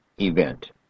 event